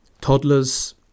toddlers